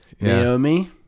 Naomi